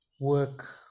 work